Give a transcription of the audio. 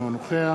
אינו נוכח